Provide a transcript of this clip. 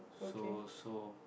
so so